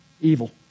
Evil